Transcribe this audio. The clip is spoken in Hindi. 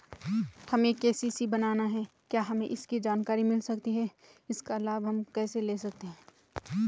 हमें के.सी.सी बनाना है क्या हमें इसकी जानकारी मिल सकती है इसका लाभ हम कैसे ले सकते हैं?